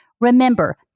remember